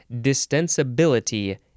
Distensibility